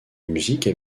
musique